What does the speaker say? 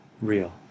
real